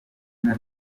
izina